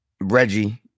Reggie